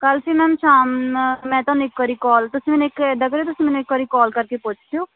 ਕੱਲ੍ਹ ਸਹੀ ਮੈਮ ਸ਼ਾਮ ਮੈਂ ਤੁਹਾਨੂੰ ਇੱਕ ਵਾਰੀ ਕੋਲ ਤੁਸੀਂ ਮੈਨੂੰ ਇੱਕ ਇੱਦਾਂ ਕਰਿਉ ਤੁਸੀਂ ਮੈਨੂੰ ਇੱਕ ਵਾਰੀ ਕੋਲ ਕਰਕੇ ਪੁੱਛ ਲਿਓ